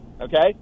Okay